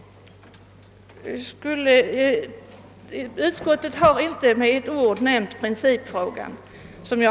Utskottet har inte med ett ord omnämnt denna principfråga.